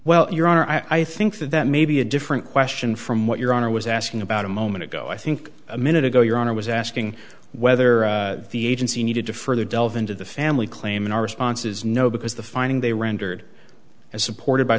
well your honor i think that that may be a different question from what your honor was asking about a moment ago i think a minute ago your honor was asking whether the agency needed to further delve into the family claim and our response is no because the finding they rendered as supported by